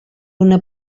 una